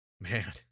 Man